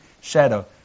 shadow